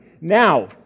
Now